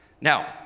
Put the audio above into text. Now